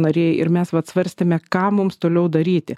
nariai ir mes vat svarstėme ką mums toliau daryti